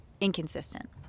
inconsistent